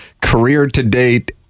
career-to-date